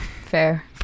fair